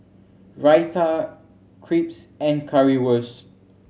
Raita Crepes and Currywurst